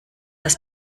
das